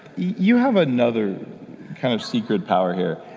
you have another kind of secret power here.